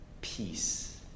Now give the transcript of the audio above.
peace